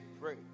Pray